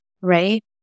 right